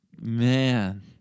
man